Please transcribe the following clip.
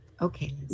okay